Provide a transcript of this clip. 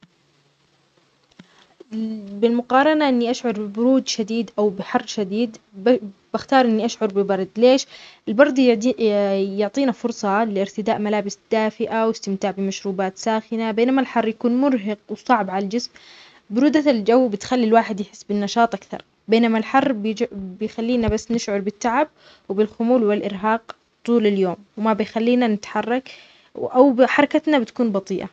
بالمقارنة إني أشعر ببرود شديد أو بحر شديد ب -بختار إني أشعر بالبرد. ليش؟ البرد يعدي- يعطينا فرصة لإرتداء ملابس دافئة واستمتاع بمشروبات ساخنة، بينما الحر يكون مرهق وصعب على الجسم. برودة الجو بتخلي الواحد يحس بالنشاط أكثر، بينما الحر بيج- بيخلينا بس نشعر بالتعب وبالخمول والإرهاق طول اليوم وما بيخلينا نتحرك أو بحركتنا بتكون بطيئة.